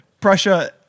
Prussia